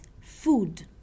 food